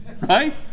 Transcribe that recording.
right